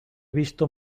visto